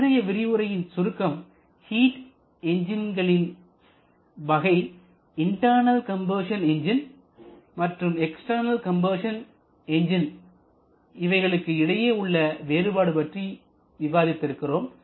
இன்றைய விரிவுரையும் சுருக்கம்ஹிட் என்ஜின்களின் வகை இன்டர்னல் கம்பஷன் எஞ்சின் மற்றும் எக்ஸ்டர்னல் கம்பஷன் எஞ்சின் இவர்களுக்கு இடையே உள்ள வேறுபாடு பற்றி விவாதித்து இருக்கிறோம்